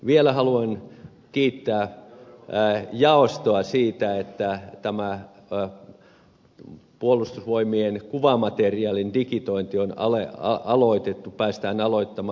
vielä haluan kiittää jaostoa siitä että tämä puolustusvoimien kuvamateriaalin digitointi päästään aloittamaan